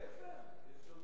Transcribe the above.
ספר?